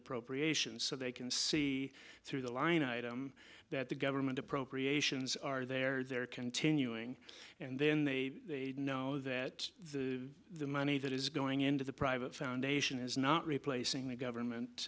appropriations so they can see through the line item that the government appropriations are there they're continuing and then they i know that the money that is going into the private foundation is not replacing the government